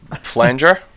Flanger